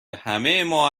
همهما